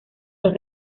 los